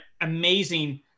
amazing